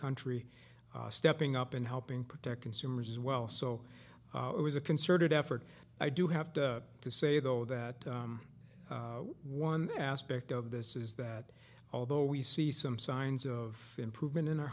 country stepping up and helping protect consumers as well so it was a concerted effort i do have to say though that one aspect of this is that although we see some signs of improvement in our